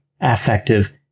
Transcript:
affective